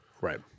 Right